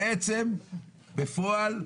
בעצם בפועל,